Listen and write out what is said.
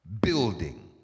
building